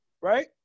right